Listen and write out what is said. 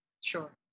Sure